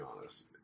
honest